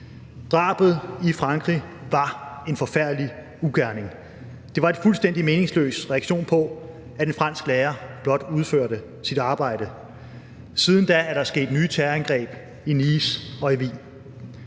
Drabet i Frankrig var en forfærdelig ugerning. Det var en fuldstændig meningsløs reaktion på, at en fransk lærer blot udførte sit arbejde. Siden da er der sket nye terrorangreb i Nice og i Wien.